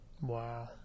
Wow